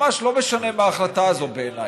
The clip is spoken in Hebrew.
ממש לא משנה מה ההחלטה הזו בעיניי,